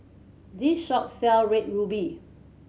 this shop sells Red Ruby